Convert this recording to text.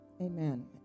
Amen